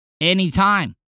anytime